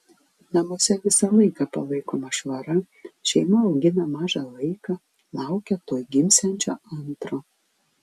namuose visą laiką palaikoma švara šeima augina mažą vaiką laukia tuoj gimsiančio antro